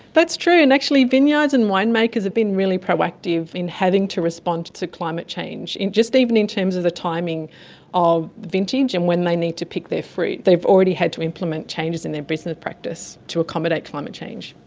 that's true, and actually vineyards and winemakers have been really proactive in having to respond to to climate change, just even in in terms of the timing of vintage and when they need to pick their fruit. they've already had to implement changes in their business practice to accommodate climate change.